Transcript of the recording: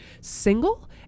single